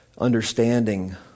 understanding